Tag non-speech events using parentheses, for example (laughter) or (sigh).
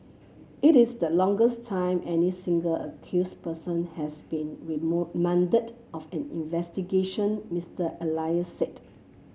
it is the (unintelligible) time any single accuse person has been (unintelligible) of an investigation Mister Elias said